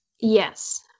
yes